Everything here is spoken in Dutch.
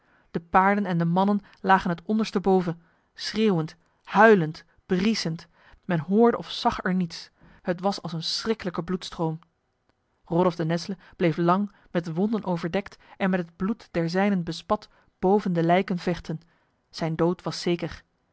de paarden en de mannen lagen het ondersteboven schreeuwend huilend briesend men hoorde of zag er niets het was als een schrikkelijke bloedstroom rodolf de nesle bleef lang met wonden overdekt en met het bloed der zijnen bespat boven de lijken vechten zijn dood was zeker